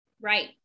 Right